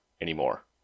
anymore